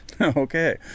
Okay